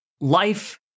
life